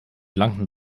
blanken